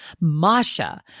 Masha